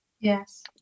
Yes